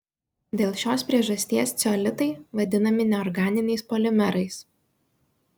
dėl šios priežasties ceolitai vadinami neorganiniais polimerais